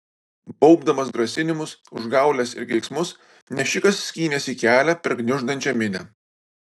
baubdamas grasinimus užgaules ir keiksmus nešikas skynėsi kelią per gniuždančią minią